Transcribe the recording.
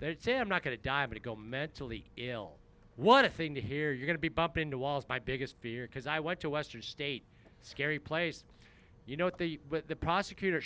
that say i'm not going to die and go mentally ill what a thing to hear you're going to be bump into walls my biggest fear because i went to a western state scary place you know the prosecutor